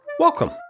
Welcome